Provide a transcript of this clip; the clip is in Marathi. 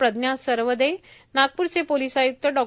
प्रज्ञा सरवदे नागप्रचे पोलीस आय्क्त डॉ